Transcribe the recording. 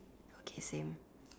okay same